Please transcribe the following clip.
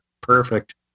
Perfect